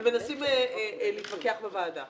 ומנסים להתווכח בוועדה.